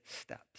steps